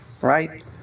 right